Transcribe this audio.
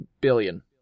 billion